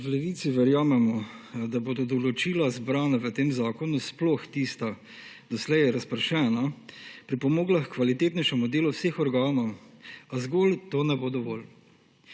V Levici verjamemo, da bodo določila, zbrana v tem zakonu, sploh tista doslej razpršena, pripomogla h kvalitetnejšemu delu vseh organov, a zgolj to ne bo dovolj.